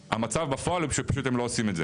המצב בפועל הוא שהם פשוט לא עושים את זה.